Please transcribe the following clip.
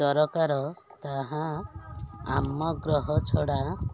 ଦରକାର ତାହା ଆମ ଗ୍ରହ ଛଡ଼ା